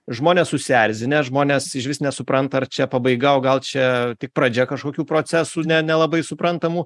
žmonės susierzinę žmonės išvis nesupranta ar čia pabaiga o gal čia tik pradžia kažkokių procesų ne nelabai suprantamų